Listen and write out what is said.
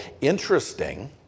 Interesting